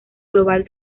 global